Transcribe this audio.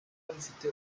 ufite